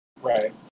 Right